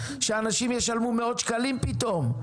שאנשים ישלמו מאות שקלים פתאום,